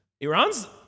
Iran's